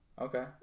Okay